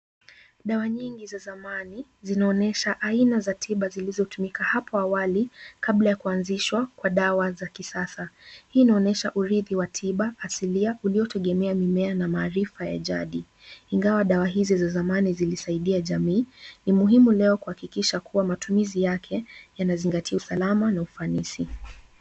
Dawa nyingi za zamani, zinaonyesha aina za tiba zilizotumika hapo awali kabla kuanzishwa kwa dawa za kisasa. Hii inaonyesha uridhi wa tiba asilia uliotegemea mimea na maarifa ya jadi. Ingawa dawa hizo za zamani zilisaidia jamii, ni muhimu leo kuhakikisha kuwa matumizi yake yanazingatia usalama na ufanisi.